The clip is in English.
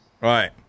right